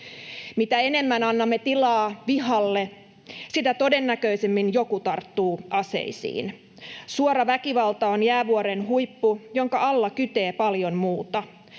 Mitä enemmän annamme tilaa vihalle, sitä todennäköisemmin joku tarttuu aseisiin. Suora väkivalta on jäävuoren huippu, jonka alla kytee paljon muuta.